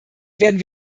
werden